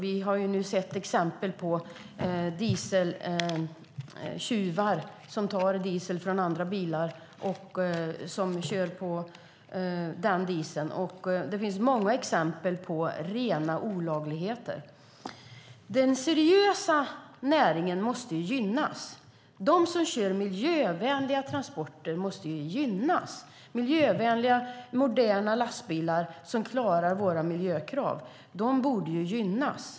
Vi har sett exempel på dieseltjuvar. De tar diesel från andra bilar och kör på den. Det finns många exempel på rena olagligheter. Den seriösa näringen måste gynnas. De som kör miljövänliga transporter måste gynnas. De kör miljövänliga och moderna lastbilar som klarar våra miljökrav. De borde gynnas.